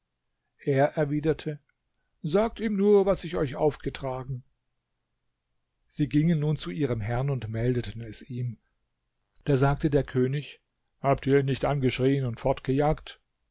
er erwiderte sagt ihm nur was ich euch aufgetragen sie gingen nun zu ihrem herrn und meldeten es ihm da sagte der könig habt ihr ihn nicht angeschrieen und